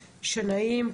שנאים,